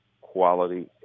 quality